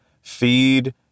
Feed